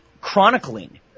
chronicling